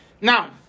now